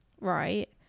right